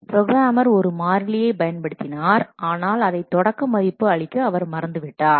programmer ஒரு மாறிலியை பயன்படுத்தினார் ஆனால் அதைத் தொடக்க மதிப்பு அளிக்க அவர் மறந்துவிட்டார்